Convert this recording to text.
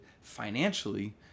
financially